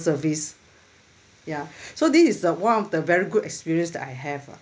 ya so this is the one of the very good experience that I have ah